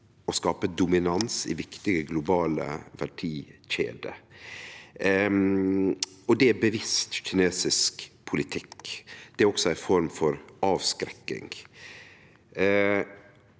å skape dominans i viktige globale verdikjeder. Det er bevisst kinesisk politikk. Det er også ei form for avskrekking.